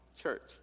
church